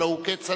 הלוא הוא כצל'ה,